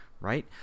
right